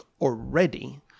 already